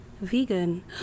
vegan